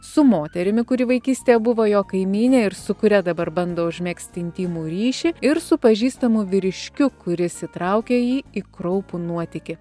su moterimi kuri vaikystėje buvo jo kaimynė ir su kuria dabar bando užmegzti intymų ryšį ir su pažįstamu vyriškiu kuris įtraukė jį į kraupų nuotykį